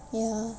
ya